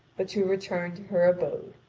but to return to her abode.